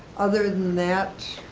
other than that,